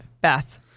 Beth